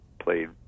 played